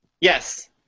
yes